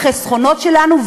החסכונות שלנו,